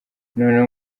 noneho